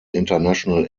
international